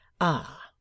Ah